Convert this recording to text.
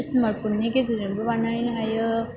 smart फननि गेजेरजोंबो बानायनो हायो